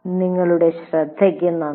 നിങ്ങളുടെ ശ്രദ്ധയ്ക്ക് നന്ദി